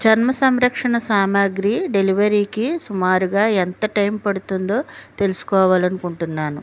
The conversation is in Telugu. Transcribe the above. చర్మ సంరక్షణ సామాగ్రి డెలివరీకి సుమారుగా ఎంత టైం పడుతుందో తెలుసుకోవాలనుకుంటున్నాను